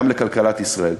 גם לכלכלת ישראל.